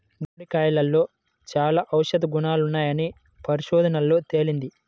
గుమ్మడికాయలో చాలా ఔషధ గుణాలున్నాయని పరిశోధనల్లో తేలింది